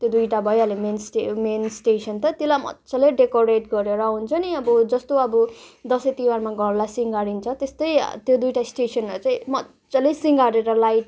त्यो दुइटा भइहाल्यो मेन स्टे मेन स्टेसन त त्यसलाई मज्जाले डेकोरेट गरेर हुन्छ नि अब जस्तो अब दसैँ तिवारमा घरलाई सिँगारिन्छ त्यस्तै त्यो दुइटा स्टेसनहरू चाहिँ मज्जाले सिँगारेर लाइट